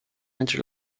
entry